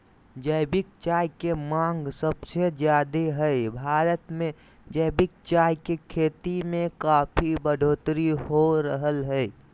जैविक चाय के मांग सबसे ज्यादे हई, भारत मे जैविक चाय के खेती में काफी बढ़ोतरी हो रहल हई